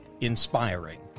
Inspiring